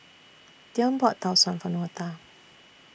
Deon bought Tau Suan For Dortha